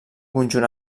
conjunt